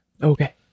Okay